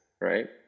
right